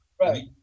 Right